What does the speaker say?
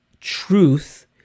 truth